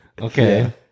Okay